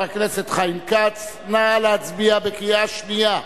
חבר הכנסת חיים כץ, נא להצביע בקריאה שנייה.